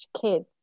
kids